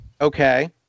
Okay